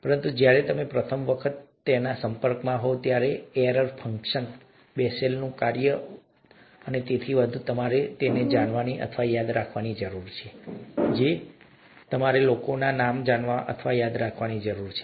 પરંતુ જ્યારે તમે પ્રથમ વખત તેમના સંપર્કમાં હોવ ત્યારે એરર ફંક્શન બેસેલનું કાર્ય અને તેથી વધુ તમારે તેમને જાણવાની અથવા યાદ રાખવાની જરૂર છે તેઓ શું છે તે જ રીતે તમારે લોકોના નામ જાણવા અથવા યાદ રાખવાની જરૂર છે